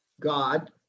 God